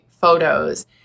photos